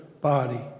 body